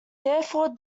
therefore